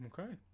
Okay